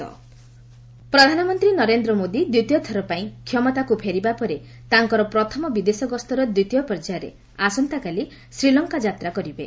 ଲଙ୍କା PM visit ପ୍ରଧାନମନ୍ତ୍ରୀ ନରେନ୍ଦ୍ର ମୋଦି ଦ୍ୱିତୀୟ ଥର ପାଇଁ କ୍ଷମତାକ୍ ଫେରିବା ପରେ ତାଙ୍କର ପ୍ରଥମ ବିଦେଶ ଗସ୍ତର ଦ୍ୱିତୀୟ ପର୍ଯ୍ୟାୟରେ ଆସନ୍ତାକାଲି ଶ୍ରୀଲଙ୍କା ଯାତ୍ରା କରିବେ